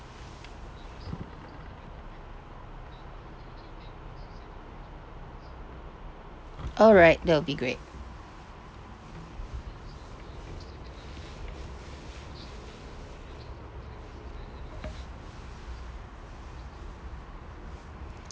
alright that will be great